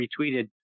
retweeted